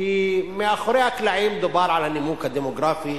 כי מאחורי הקלעים דובר על הנימוק הדמוגרפי